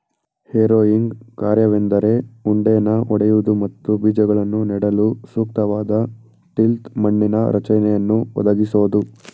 harrowing ಕಾರ್ಯವೆಂದರೆ ಉಂಡೆನ ಒಡೆಯುವುದು ಮತ್ತು ಬೀಜಗಳನ್ನು ನೆಡಲು ಸೂಕ್ತವಾದ ಟಿಲ್ತ್ ಮಣ್ಣಿನ ರಚನೆಯನ್ನು ಒದಗಿಸೋದು